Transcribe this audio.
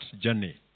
journey